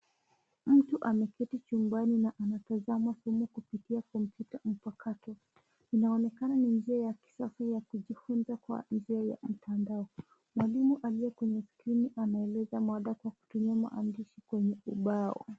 Mtu ameketi chumbani na anatazama fomu kupitia kompyuta mpakato. Inaonekana ni njia ya kisasa ya kujifunza kwa njia ya mtandao. Mwalimu alie kwenye skrini anaeleza mada kwa kutumia maandishi kwenye ubao.